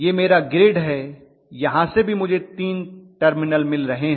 यहां मेरा ग्रिड है यहाँ से भी मुझे 3 टर्मिनल मिल रहे हैं